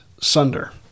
Sunder